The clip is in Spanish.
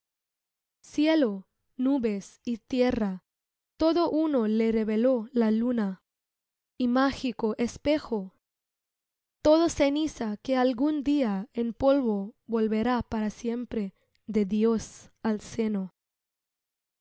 cielo nubes y tierra todo uno le reveló la luna imágico espejo todo ceniza que algún dia en polvo volverá para siempre de dios al seno